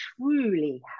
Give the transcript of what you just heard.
truly